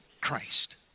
Christ